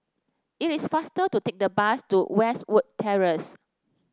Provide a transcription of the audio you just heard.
it is faster to take the bus to Westwood Terrace